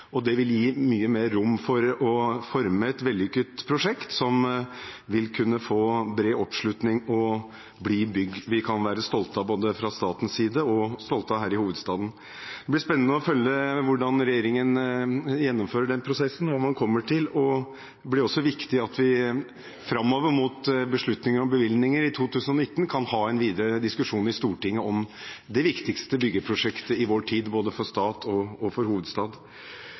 Det vil gi mye mer rom for å forme et vellykket prosjekt som vil kunne få bred oppslutning og bli bygg vi kan være stolte av både fra statens og fra hovedstadens side. Det blir spennende å følge med på hvordan regjeringen gjennomfører den prosessen og hva man kommer til. Det blir også viktig at vi, framover mot beslutninger om bevilgninger i 2019, kan ha en videre diskusjon i Stortinget om det viktigste byggeprosjektet i vår tid både for stat og for hovedstad.